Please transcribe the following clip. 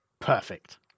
Perfect